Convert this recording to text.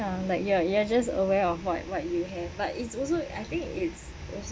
like you're you're just aware of what what you have but it's also I think it's also